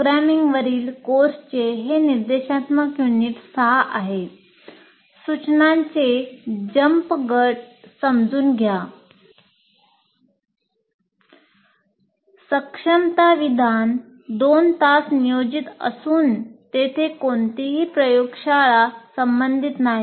प्रोग्रामिंगवरील कोर्सचे हे निर्देशात्मक युनिट 6 आहे "सूचनांचे जंप गट समजून घ्या" सक्षमता विधान २ तास नियोजित असून तेथे कोणतीही प्रयोगशाळा संबंधित नाही